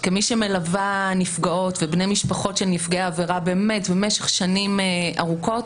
כמי שמלווה נפגעות ובני משפחות של נפגעי עבירה במשך שנים ארוכות,